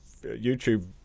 YouTube